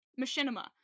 Machinima